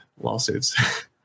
lawsuits